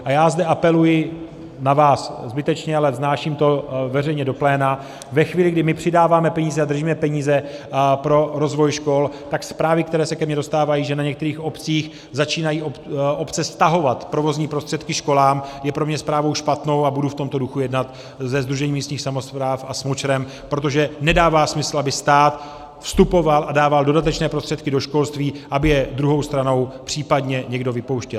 A já zde apeluji na vás, zbytečně, ale vznáším to veřejně do pléna, ve chvíli, kdy my přidáváme peníze a držíme peníze pro rozvoj škol, tak zprávy, které se ke mně dostávají, že na některých obcích začínají obce stahovat provozní prostředky školám, je pro mě zprávou špatnou a budu v tomto duchu jednat se Sdružením místních samospráv a SMO ČR, protože nedává smysl, aby stát vstupoval a dával dodatečné prostředky do školství, aby je druhou stranou případně někdo vypouštěl.